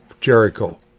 Jericho